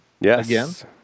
Yes